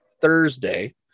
Thursday